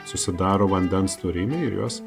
susidaro vandens turiniai ir jos